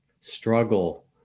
struggle